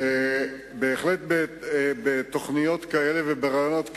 בהחלט בתוכניות כאלה וברעיונות כאלה,